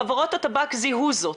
חברות הטבק זיהו זאת,